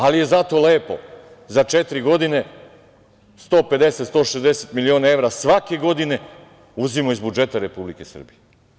Ali je zato lepo za četiri godine 150-160 miliona evra svake godine uzimao iz budžeta Republike Srbije.